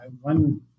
one